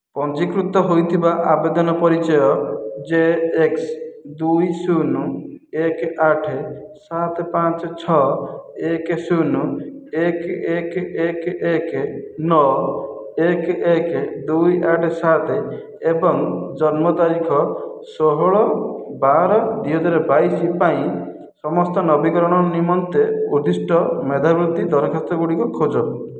ପଞ୍ଜୀକୃତ ହୋଇଥିବା ଆବେଦନ ପରିଚୟ ଯେ ଏକ୍ସ ଦୁଇ ଶୂନ ଏକେ ଆଠେ ସାତେ ପାଞ୍ଚେ ଛଅ ଏକେ ଶୂନ ଏକେ ଏକେ ଏକେ ଏକେ ନଅ ଏକେ ଏକେ ଦୁଇ ଆଠେ ସାତେ ଏବଂ ଜନ୍ମ ତାରିଖ ଷୋହଳ ବାର ଦୁଇହଜାର ବାଇଶି ପାଇଁ ସମସ୍ତ ନବୀକରଣ ନିମନ୍ତେ ଉଦ୍ଦିଷ୍ଟ ମେଧାବୃତ୍ତି ଦରଖାସ୍ତ ଗୁଡ଼ିକୁ ଖୋଜ